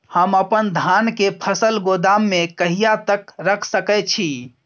हम अपन धान के फसल गोदाम में कहिया तक रख सकैय छी?